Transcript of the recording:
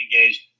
engaged